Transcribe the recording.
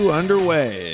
underway